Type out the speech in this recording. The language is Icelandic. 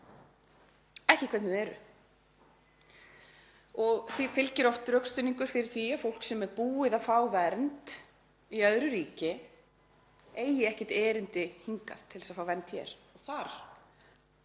ekki hvernig þau eru. Því fylgir oft rökstuðningur fyrir því að fólk sem er búið að fá vernd í öðru ríki eigi ekkert erindi hingað til að fá vernd hér. Þar